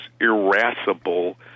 irascible